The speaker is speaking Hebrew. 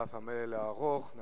אנחנו